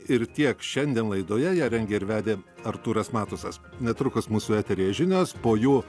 ir tiek šiandien laidoje ją rengė ir vedė artūras matusas netrukus mūsų eteryje žinios po jų